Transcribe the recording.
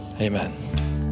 Amen